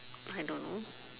I don't know